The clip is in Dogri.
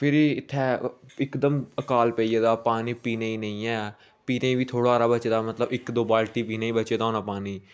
फिरी इ'त्थें इकदम अकाल पेई गेदा हा पानी पीने ई नेईं ऐ पीने ई बी थोह्ड़ा हारा बचे दा मतलब इक दो बाल्टी पीने ई बच्चे दा होना पानी